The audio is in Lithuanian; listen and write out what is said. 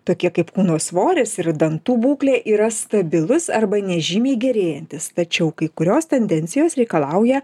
tokie kaip kūno svoris ir dantų būklė yra stabilus arba nežymiai gerėjantys tačiau kai kurios tendencijos reikalauja